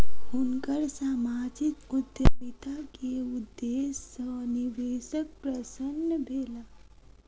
हुनकर सामाजिक उद्यमिता के उदेश्य सॅ निवेशक प्रसन्न भेला